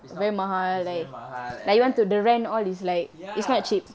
it's not it's very mahal and like ya